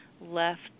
left